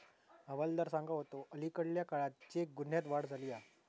हवालदार सांगा होतो, अलीकडल्या काळात चेक गुन्ह्यांत वाढ झाली आसा